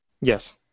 Yes